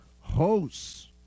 hosts